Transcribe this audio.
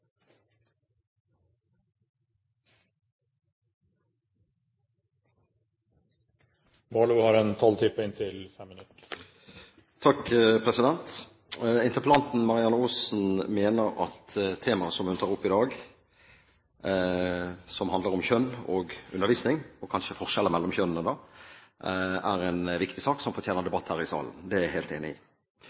Interpellanten Marianne Aasen mener at det temaet som hun tar opp i dag, som handler om kjønn og undervisning – forskjellene mellom kjønnene – er en viktig sak som fortjener debatt her i salen. Det er jeg helt enig i. Derfor tok jeg også opp nøyaktig det samme temaet for litt over ett år siden, i en interpellasjon her i